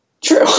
True